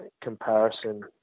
comparison